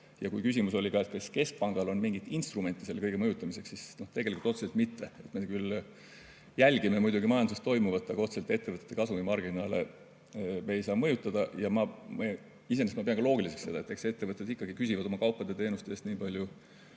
Kui küsimus oli, kas keskpangal on mingeid instrumente selle kõige mõjutamiseks, siis tegelikult otseselt mitte. Me küll jälgime muidugi majanduses toimuvat, aga otseselt ettevõtete kasumimarginaale me ei saa mõjutada. Ja ma iseenesest pean seda loogiliseks. Eks ettevõtted ikkagi küsivad oma kaupade ja teenuste eest nii palju